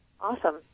Awesome